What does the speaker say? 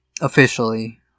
officially